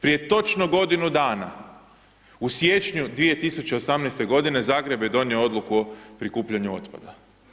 Prije točno godinu dana, u siječnju 2018. godine Zagreb je donio odluku o prikupljanju otpada.